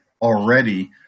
already